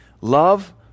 Love